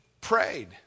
prayed